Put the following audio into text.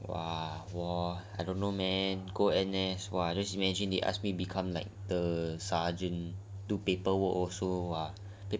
!wah! 我 ah I don't know man N_S just imagine they ask me to become the sergeant do paperwork also [what]